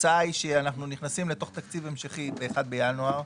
התוצאה היא שאנחנו נכנסים לתקציב המשכי ב-1 בינואר.